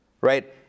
Right